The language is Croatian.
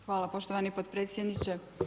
Hvala poštovani potpredsjedniče.